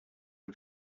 are